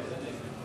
115),